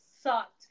sucked